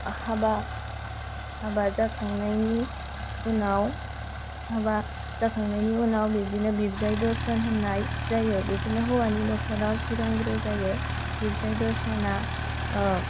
हाबा जाखांनायनि उनाव बिदिनो बिबिसाइ दरसन होननाय जायो बिदिनो हौवानि न'खराव सिगांग्रो जायो बिबिसाइ दरसनआ